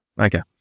Okay